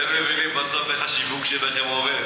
אתם מבינים בסוף איך השיווק שלכם עובד?